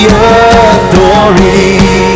authority